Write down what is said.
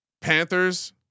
Panthers